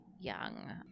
Young